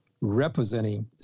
representing